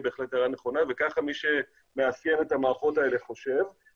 בהחלט הערה נכונה וכך מי שמאפיין את המערכות האלה חושב.